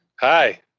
Hi